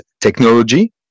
technology